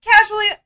casually